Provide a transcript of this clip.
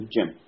Jim